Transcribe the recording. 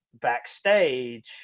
backstage